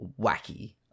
wacky